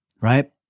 right